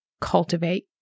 cultivate